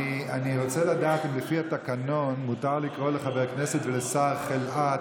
אני רוצה לדעת אם לפי התקנון מותר לקרוא לחבר כנסת ולשר "חלאה",